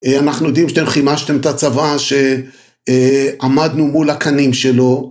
אנחנו יודעים שאתם חימשתם את הצבא, שעמדנו מול הקנים שלו.